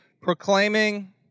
proclaiming